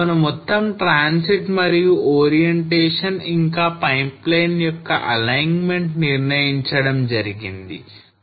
కావున మొత్తం transit మరియు orientation ఇంకా పైప్లైన్ యొక్క alignment నిర్ణయించడం జరిగింది